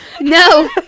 No